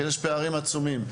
יש פערים עצומים.